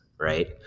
right